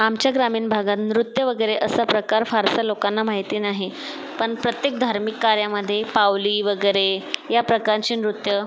आमच्या ग्रामीण भागात नृत्य वगैरे असा प्रकार फारसा लोकांना माहिती नाही पण प्रत्येक धार्मिक कार्यामध्ये पावरी वगैरे या प्रकारची नृत्य